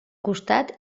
costat